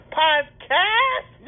podcast